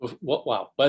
Wow